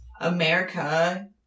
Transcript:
America